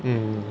mm